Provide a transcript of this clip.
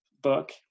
book